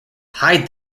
hide